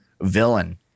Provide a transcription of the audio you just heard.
villain